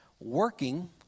working